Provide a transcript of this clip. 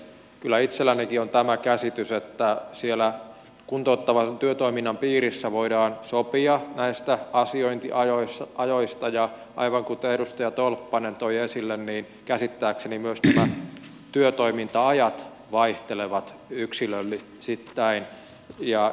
kyllä itsellänikin on tämä käsitys että siellä kuntouttavan työtoiminnan piirissä voidaan sopia näistä asiointiajoista ja aivan kuten edustaja tolppanen toi esille niin käsittääkseni myös nämä työtoiminta ajat vaihtelevat yksilöittäin